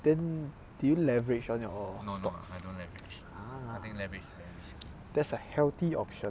then did you leverage on your stocks ah that's a healthy option